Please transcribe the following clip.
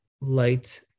light